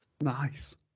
Nice